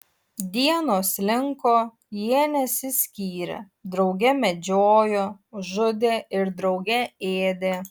dienos slinko jie nesiskyrė drauge medžiojo žudė ir drauge ėdė